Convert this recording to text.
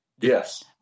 yes